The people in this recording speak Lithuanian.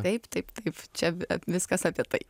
taip taip taip čia viskas apie tai